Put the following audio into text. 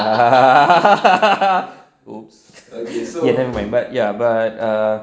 !oops! he have my butt ya but uh